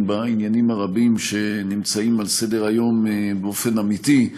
בעניינים הרבים שנמצאים על סדר-היום באופן אמיתי,